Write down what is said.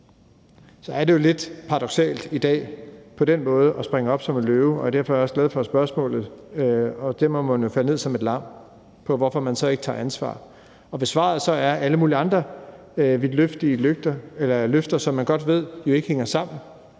Så det er jo lidt paradoksalt i dag på den måde at springe op som en løve – og derfor er jeg også glad for spørgsmålet – og falde ned som et lam, når man bliver spurgt om, hvorfor man så ikke tager ansvar. Hvis svaret er alle mulige andre vidtløftige løfter, som man jo godt ved ikke hænger sammen,